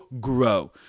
grow